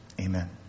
Amen